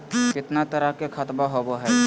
कितना तरह के खातवा होव हई?